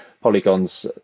Polygon's